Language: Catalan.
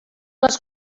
les